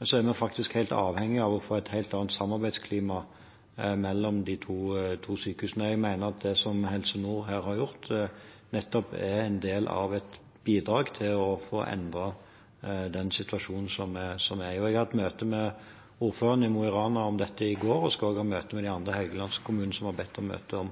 er vi faktisk helt avhengige av å få et helt annet samarbeidsklima mellom det to sykehusene. Jeg mener at det som Helse Nord her har gjort, nettopp er en del av et bidrag til å få endret den situasjonen. Jeg hadde et møte med ordføreren i Mo i Rana om dette i går, og skal også ha møte med de andre Helgelands-kommunene som har bedt om møte,